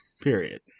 period